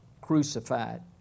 crucified